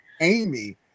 Amy